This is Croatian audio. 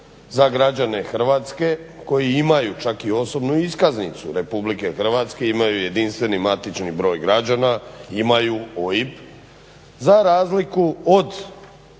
za građane Hrvatske koji imaju čak i osobnu iskaznicu Republike Hrvatske, imaju JMBG, imaju OIB, za razliku od,